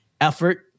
effort